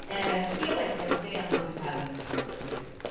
and i feel like if i stay on the two paths i'm gonna split in two.